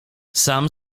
sam